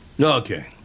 Okay